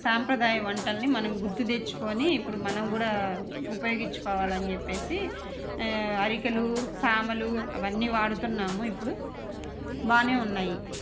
సాంప్రదాయ వంటల్ని మనం గుర్తు తెచ్చుకొని ఇప్పుడు మనం కూడా ఉపయోగిచ్చుకోవాలని చెప్పి అరికలు సామలు అవన్నీ వాడుతున్నాము ఇప్పుడు బాగా ఉన్నాయి